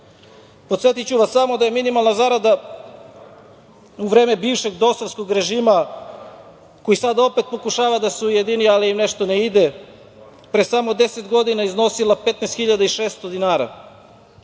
dinara. Podsetiću vas samo da je minimalna zarada u vreme bivšeg dosovskog režima koji sada opet pokušava da se ujedini, ali im nešto ne ide. Pre samo deset godina iznosila je 15.600 dinara.